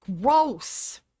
Gross